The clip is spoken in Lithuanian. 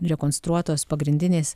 rekonstruotos pagrindinės